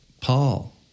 Paul